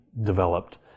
developed